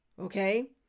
okay